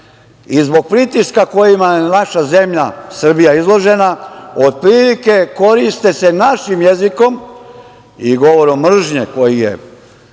Zbog pritiska kojima je naša zemlja Srbija izložena, otprilike koriste se našim jezikom i govorom mržnje koji može